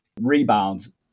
rebounds